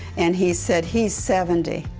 and he said, he's seventy.